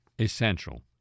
essential